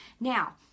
Now